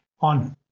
on